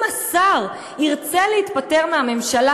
אם השר ירצה להתפטר מהממשלה,